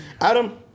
Adam